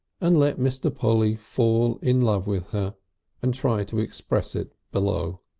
and let mr. polly fall in love with her and try to express it below.